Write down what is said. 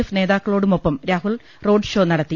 F നേതാക്കളോടുമൊപ്പം Rahul road show നടത്തി